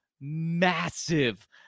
massive